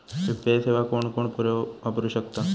UPI सेवा कोण वापरू शकता?